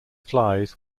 flies